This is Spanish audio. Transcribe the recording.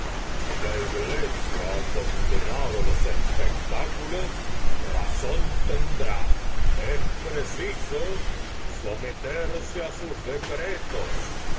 si la iglesia ha condenado los espectá ulos razón tendrá es preciso someteri e á sus decretos